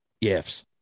gifts